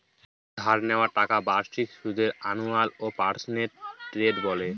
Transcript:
কোনো ধার নেওয়া টাকার বাৎসরিক সুদকে আনুয়াল পার্সেন্টেজ রেট বলে